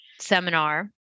seminar